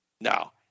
Now